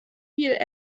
viel